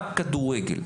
רק כדורגל,